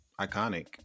iconic